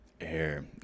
air